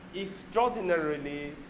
extraordinarily